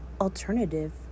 Alternative